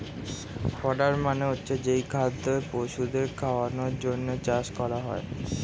fodder মানে হচ্ছে যেই খাদ্য পশুদের খাওয়ানোর জন্যে চাষ করা হয়